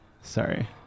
Sorry